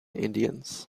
indians